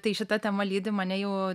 tai šita tema lydi mane jau